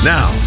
Now